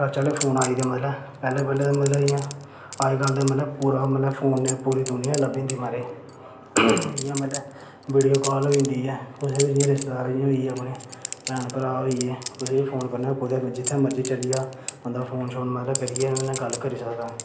touch आह्ले phone आई गेदे मतलब पैह्लें पैह्लें ते इं'या अजकल ते मतलब पूरा मतलब फोन च पूरी दूनियां लब्भी जंदी मतलब जि'यां मतलब वीडियो कॉल होई जंदी ऐ जियां कुसै बी अपने रिश्तेदार गी मतलब भैन भ्राऽ होइये कुसै बी फोन करना होऐ जित्थें मर्जी चली जाओ बंदा मतलब फोन करियै गल्ल करी सकदा